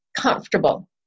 comfortable